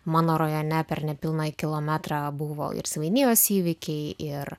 mano rajone per nepilną kilometrą buvo ir svainijos įvykiai ir